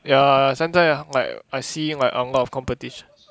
ya 现在 ya like I see like a lot of competition